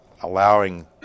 allowing